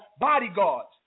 bodyguards